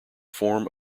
form